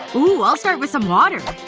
ooh. i'll start with some water.